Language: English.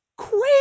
crazy